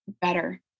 better